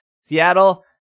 Seattle